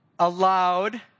allowed